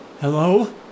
Hello